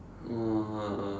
!wah!